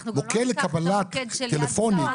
מוקד לקבלת חירום טלפוני,